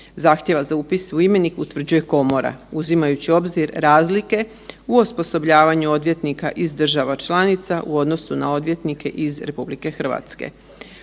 zahtjeva za upis u imenik utvrđuje komora uzimajući u obzir razlike u osposobljavanju odvjetnika iz država članica u odnosu na odvjetnike iz RH.